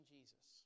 Jesus